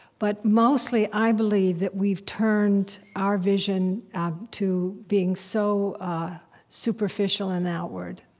but mostly, i believe that we've turned our vision to being so superficial and outward.